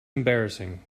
embarrassing